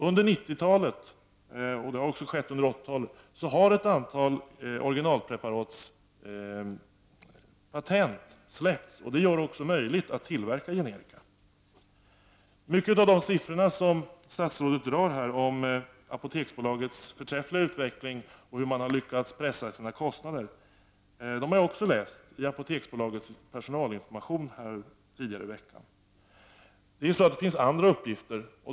Under 1990-talet kommer ett antal originalpreparats patent att släppas, vilket också har skett under 1980-talet. Det gör det också möjligt att tillverka generika. Många av de siffror som statsrådet här drar om Apoteksbolagets förträffliga utveckling och hur man har lyckats att pressa sina kostnader har också jag läst i Apoteksbolagets personalinformation tidigare i veckan. Men det finns andra uppgifter.